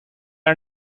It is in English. are